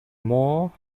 more